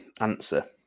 answer